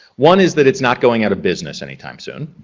one is that it's not going out of business any time soon